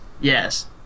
Yes